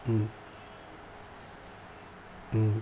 mm mm